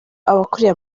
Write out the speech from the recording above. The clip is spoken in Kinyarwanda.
abakuriye